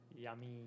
Yummy